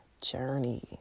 journey